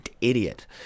idiot